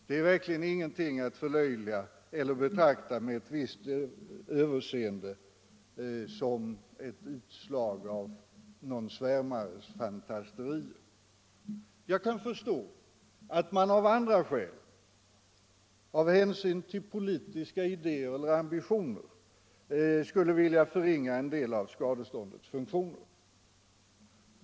Det är verkligen ingenting att förlöjliga eller att betrakta med överseende som ett utslag av någon svärmares fantasterier. Jag kan förstå att man av andra skäl — av hänsyn till politiska idéer eller ambitioner — kan vilja förringa en del av skadeståndets funktioner.